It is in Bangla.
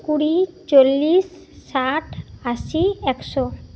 কুড়ি চল্লিশ ষাট আশি একশো